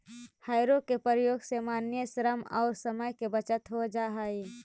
हौरो के प्रयोग से मानवीय श्रम औउर समय के बचत हो जा हई